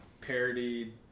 parodied